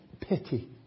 pity